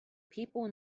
people